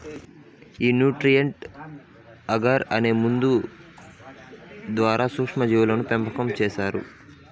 ఈ nutrient agar అనే మందు ద్వారా సూక్ష్మ జీవుల పెంపకం చేస్తారు